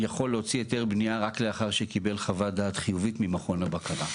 יכול להוציא היתר בניה רק לאחר שקיבל חוות דעת חיובית ממכון הבקרה.